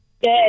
Good